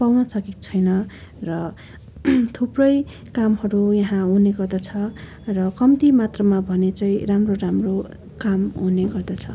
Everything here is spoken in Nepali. पाउन सकेको छैन र थुप्रै कामहरू यहाँ हुने गर्दछ र कम्ती मात्रामा भने चाहिँ राम्रो राम्रो काम हुने गर्दछ